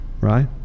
Right